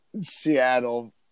Seattle